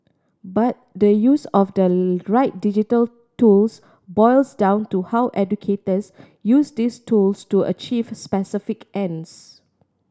but the use of the right digital tools boils down to how educators use these tools to achieve specific ends